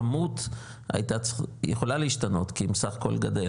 כמות הייתה יכולה להשתנות כי אם סך הכל גדל,